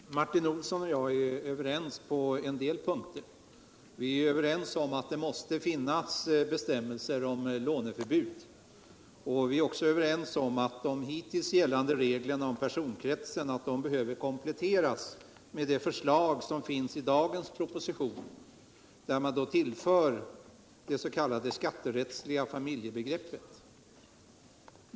Herr talman! Martin Olsson och jag är överens på en del punkter. Bl. a. är vi överens om att det måste finnas bestämmelser om låneförbud. Likaså är vi ense om att de hittills gällande reglerna om personkretsen behöver kompletteras med det förslag som finns i dagens proposition, där man tillför det s.k. skatterättsliga familjebegreppet.